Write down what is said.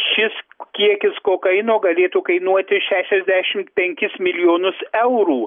šis kiekis kokaino galėtų kainuoti šešiasdešim enkis milijonus eurų